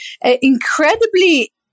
incredibly